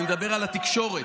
אני מדבר על התקשורת,